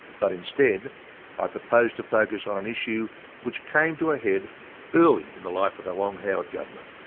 but instead i propose to focus on an issue which came to a head early in the life of the long howard government.